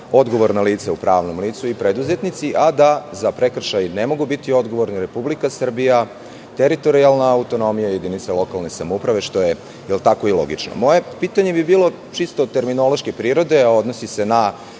odgovorna lica u pravnom licu i preduzetnici, a da za prekršaj ne mogu biti odgovorni Republika Srbija, teritorijalna autonomija i jedinice lokalne samouprave, što je i logično. Moje pitanje bi bilo čisto terminološke prirode, a odnosi se na